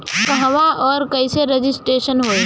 कहवा और कईसे रजिटेशन होई?